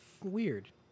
Weird